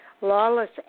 Lawless